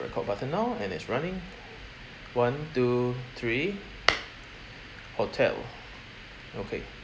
record button now and it's running one two three hotel okay